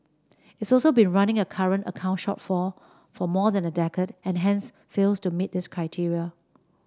it's also been running a current account shortfall for more than a decade and hence fails to meet this criteria